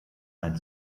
ein